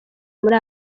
muri